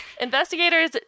Investigators